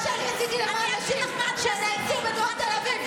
מה שאני עשיתי למען נשים שנאנסו בתוך תל אביב,